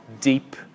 deep